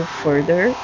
further